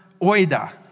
oida